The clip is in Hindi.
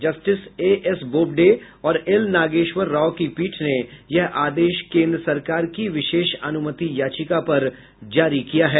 जस्टिस एएस बोब्डे और एल नागेश्वर राव की पीठ ने यह आदेश कोन्द्र सरकार की विशेष अनुमति याचिका पर जारी किया है